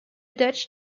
dutch